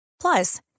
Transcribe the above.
Plus